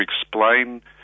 explain